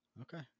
Okay